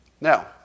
Now